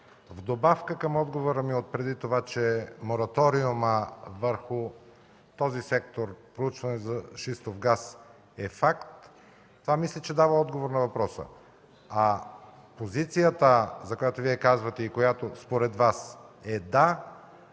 Добавката към отговора ми преди това, че мораториумът върху този сектор за шистов газ е факт, мисля, че дава отговор на въпроса. А позицията, за която Вие казвате и която според Вас е „да”,